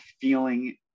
feeling